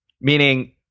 Meaning